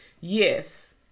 Yes